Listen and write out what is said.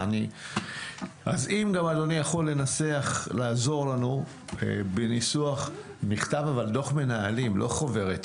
אם אדוני יכול לעזור לנו בניסוח מכתב אבל דוח מנהלים ולא חוברת.